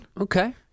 Okay